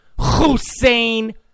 Hussein